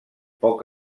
poc